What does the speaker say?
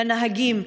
לנהגים,